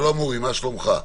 שלום אורי, מה שלומך?